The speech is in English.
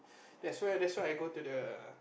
that's why that's why I go to the